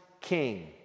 king